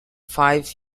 five